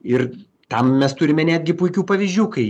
ir tam mes turime netgi puikių pavyzdžių